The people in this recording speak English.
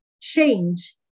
change